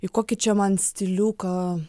į kokį čia man stiliuką